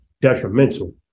detrimental